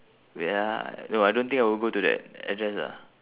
wait ah no I don't think I will go to that address ah